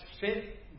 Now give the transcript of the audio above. fit